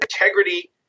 integrity